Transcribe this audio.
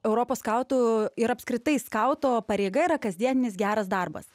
europos skautų ir apskritai skauto pareiga yra kasdieninis geras darbas